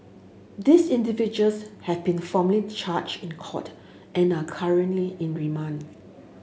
these individuals have been formally charged in court and are currently in remand